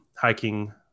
hiking